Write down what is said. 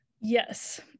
Yes